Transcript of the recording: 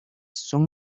son